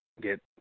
get